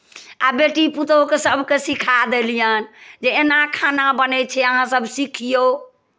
आ बेटी पुतहुके सभकेँ सिखा देलियनि जे एना खाना बनै छै अहाँसभ सिखियौ